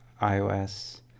iOS